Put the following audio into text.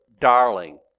Darling